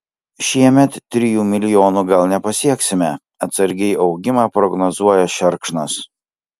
šiemet trijų milijonų gal nepasieksime atsargiai augimą prognozuoja šerkšnas